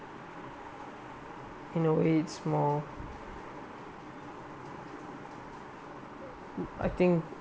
in a way it's more I think